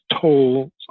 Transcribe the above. toll